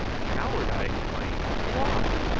coward! i exclaimed. why?